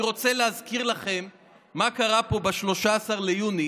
אני רוצה להזכיר לכם מה קרה פה ב-13 ביוני